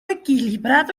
equilibrado